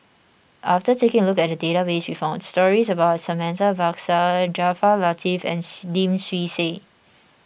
after taking a look at the database we found stories about Santha Bhaskar Jaafar Latiff and Lim Swee Say